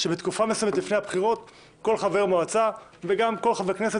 שבתקופה מסוימת לפני הבחירות כל חבר מועצה וגם כל חבר כנסת,